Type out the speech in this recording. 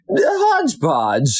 Hodgepodge